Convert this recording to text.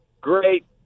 great